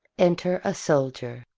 enter a soldier.